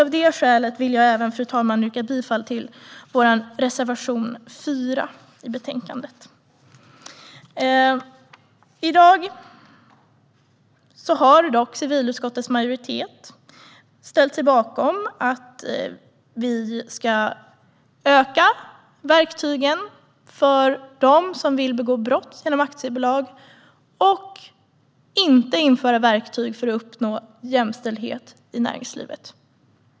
Av det skälet vill jag yrka bifall till vår reservation 4 i betänkandet. I dag har dock civilutskottets majoritet ställt sig bakom att vi ska utöka verktygen för dem som vill begå brott genom aktiebolag och att vi inte ska införa verktyg för att uppnå jämställdhet i näringslivet.